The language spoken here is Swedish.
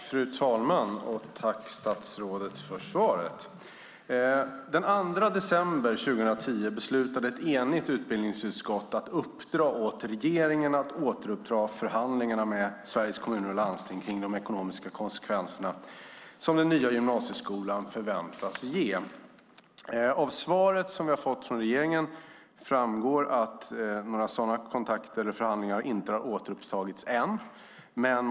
Fru talman! Jag tackar statsrådet för svaret. Den 2 december 2010 beslutade ett enigt utbildningsutskott att uppdra åt regeringen att återuppta förhandlingarna med Sveriges Kommuner och Landsting kring de ekonomiska konsekvenser som den nya gymnasieskolan förväntas ge. Av svaret som jag fått från regeringen framgår att några sådana kontakter eller förhandlingar inte har återupptagits än.